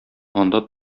анда